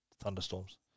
thunderstorms